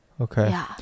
okay